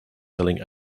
selling